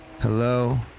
Hello